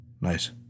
Nice